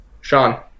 Sean